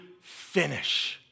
finish